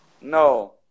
No